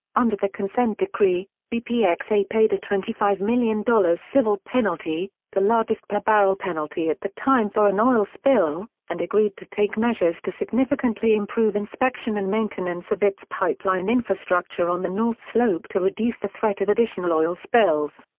under the consent decree, bpxa paid a twenty five million dollars civil penalty, the largest per-barrel penalty at that time for an oil spill, and agreed to take measures to significantly improve inspection and maintenance of its pipeline infrastructure on the north slope to reduce the threat of additional oil spills.